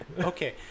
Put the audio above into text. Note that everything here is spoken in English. Okay